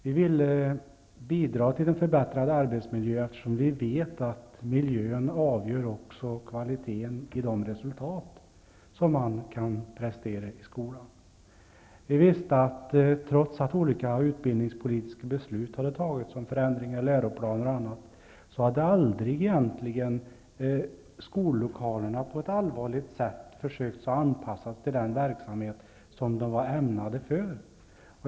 Vi ville bidra till en förbättrad arbetsmiljö, eftersom vi vet att miljön också avgör kvaliteten på de resultat man kan nå i skolan. Trots att olika utbildningspolitiska beslut fattades om förändringar i läroplaner osv., hade man aldrig på ett allvarligt sätt försökt anpassa skollokalerna till den verksamhet de är ämnade för.